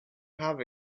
have